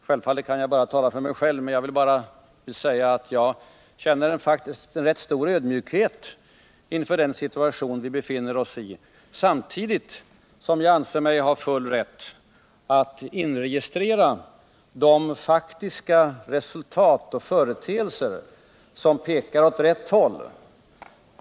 Självfallet kan jag bara tala för mig själv, men jag vill säga att jag faktiskt känner en ganska stor ödmjukhet inför den situation vi befinner oss i samtidigt som jag anser mig ha full rätt att inregistrera de faktiska resultat och företeelser som pekar åt rätt håll.